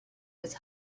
his